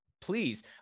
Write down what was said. please